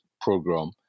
program